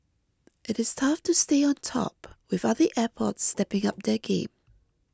it it tough to stay on top with other airports stepping up their game